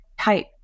type